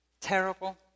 Terrible